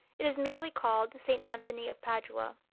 it is merely called st. anthony of padua.